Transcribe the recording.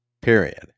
Period